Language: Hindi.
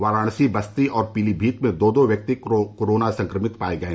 वाराणसी बस्ती और पीलीभीत में दो दो व्यक्ति कोरोना संक्रमित पाये गये